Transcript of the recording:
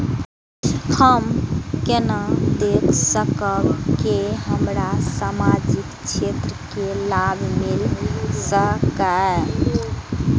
हम केना देख सकब के हमरा सामाजिक क्षेत्र के लाभ मिल सकैये?